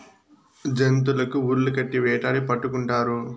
జంతులకి ఉర్లు కట్టి వేటాడి పట్టుకుంటారు